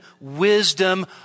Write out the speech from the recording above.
wisdom